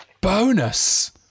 bonus